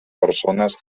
persones